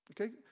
okay